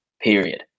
period